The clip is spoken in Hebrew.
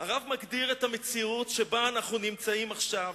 הרב מגדיר את המציאות שבה אנו מצויים עכשיו,